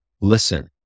listen